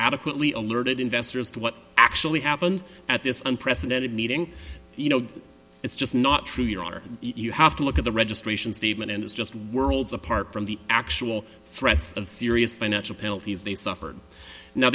adequately alerted investors to what actually happened at this unprecedented meeting you know it's just not true your honor you have to look at the registration statement and it's just worlds apart from the actual threats of serious financial penalties they suffered now